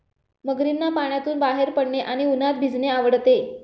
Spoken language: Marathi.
मगरींना पाण्यातून बाहेर पडणे आणि उन्हात भिजणे आवडते